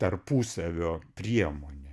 tarpusavio priemonė